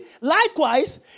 likewise